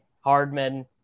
Hardman